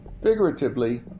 figuratively